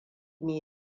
mai